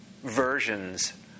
versions